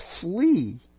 flee